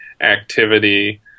activity